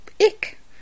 ick